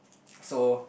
so